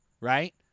right